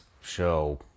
show